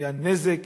כי הנזק